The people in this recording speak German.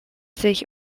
sich